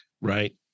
right